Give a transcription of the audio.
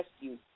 rescue